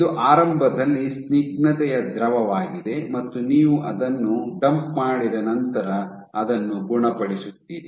ಇದು ಆರಂಭದಲ್ಲಿ ಸ್ನಿಗ್ಧತೆಯ ದ್ರವವಾಗಿದೆ ಮತ್ತು ನೀವು ಅದನ್ನು ಡಂಪ್ ಮಾಡಿದ ನಂತರ ಅದನ್ನು ಗುಣಪಡಿಸುತ್ತೀರಿ